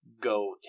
go